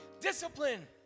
Discipline